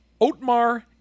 Otmar